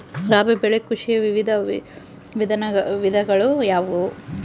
ರಾಬಿ ಬೆಳೆ ಕೃಷಿಯ ವಿವಿಧ ವಿಧಗಳು ಯಾವುವು?